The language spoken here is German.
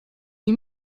die